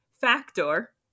factor